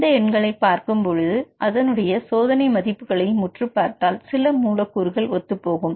இந்த எண்களை பார்க்கும் போது அதனுடைய சோதனை மதிப்புகளையும் உற்றுப்பார்த்தால் சில மூலக்கூறுகள் ஒத்துப்போகும்